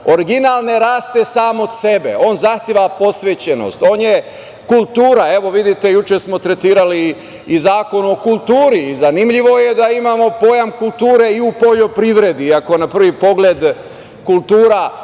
original ne raste sam od sebe, on zahteva posvećenost, on je kultura. Evo, vidite, juče smo tretirali i Zakon o kulturi i zanimljivo je da imamo pojam kulture i u poljoprivredi, iako na prvi pogled kultura ne bi